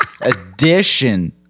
edition